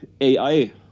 AI